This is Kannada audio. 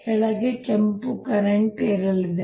ಕೆಳಗೆ ಕೆಂಪು ಕರೆಂಟ್ ಏರಲಿದೆ